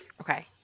Okay